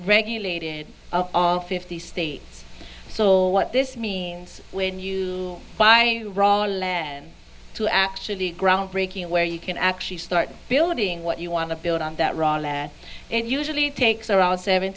regulated of fifty states so what this means when you buy raw land to actually groundbreaking where you can actually start building what you want to build on that and usually takes around seven